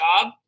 job